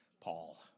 Paul